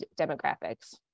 demographics